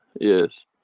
yes